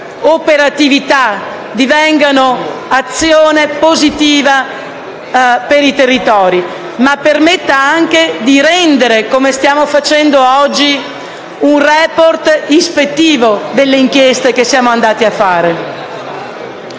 operatività e azione positiva per i territori, ma anche per permettere di rendere, come stiamo facendo oggi, un *report* ispettivo delle inchieste che siamo andati a